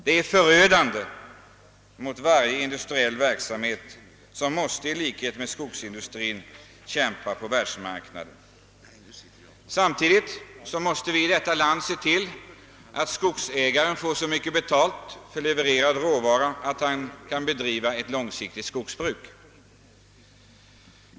Den är förödande för varje industriell verksamhet som i likhet med skogsindustrin måste kämpa på världsmarknaden. Samtidigt måste vi se till att skogsägaren får så mycket betalt för levererad råvara att han kan bedriva ett långsiktigt skogsbruk.